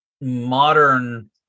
modern